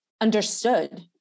Understood